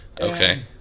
okay